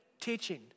teaching